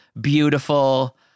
beautiful